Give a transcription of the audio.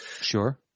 Sure